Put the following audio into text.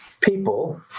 people